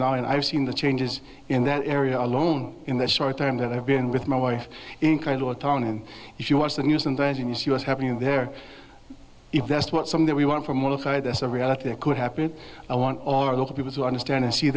now and i've seen the changes in that area alone in that short time that i've been with my wife incredible town and if you watch the news and then you see what's happening there if that's what some of that we want from one side that's a reality that could happen i want all of those people to understand and see